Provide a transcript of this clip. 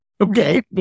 Okay